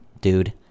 dude